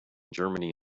germany